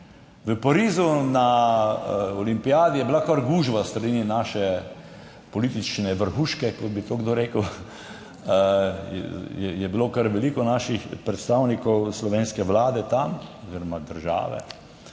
V Parizu na olimpijadi je bila kar gužva s strani naše politične vrhuške, kot bi to kdo rekel, je bilo kar veliko naših predstavnikov slovenske vlade tam oziroma države.